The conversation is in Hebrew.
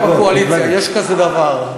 יריבות בקואליציה, יש כזה דבר.